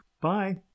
Bye